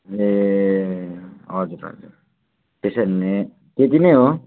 ए हजुर हजुर त्यसो हो भने यति नै हो